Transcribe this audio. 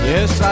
Yes